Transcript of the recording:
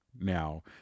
now